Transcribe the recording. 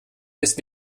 ist